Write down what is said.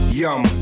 yum